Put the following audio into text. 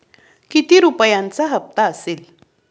किती रुपयांचा हप्ता असेल?